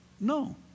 no